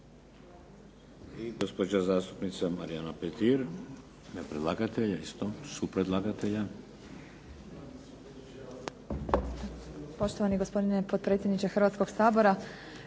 Gospođa zastupnica Marijana Petir u ime predlagatelja isto, supredlagatelja.